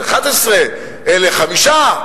אלה 11 ואלה חמישה.